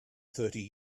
thirty